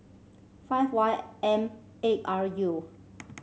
five Y M eight R U